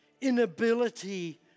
inability